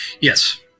Yes